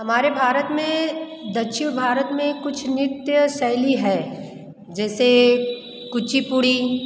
हमारे भारत में दक्षिण भारत में कुछ नृत्य शैली है जैसे कुचिपुड़ी